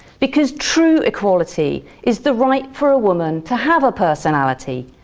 because true equality is the right for a woman to have a personality,